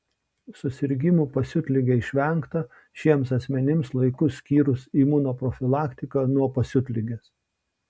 susirgimų pasiutlige išvengta šiems asmenims laiku skyrus imunoprofilaktiką nuo pasiutligės